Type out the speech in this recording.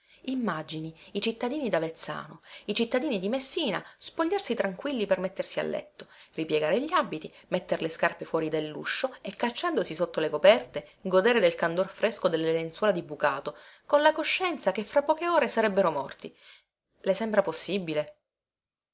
immagini i cittadini davezzano i cittadini di messina spogliarsi tranquilli per mettersi a letto ripiegare gli abiti metter le scarpe fuori delluscio e cacciandosi sotto le coperte godere del candor fresco delle lenzuola di bucato con la coscienza che fra poche ore sarebbero morti le sembra possibile